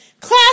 class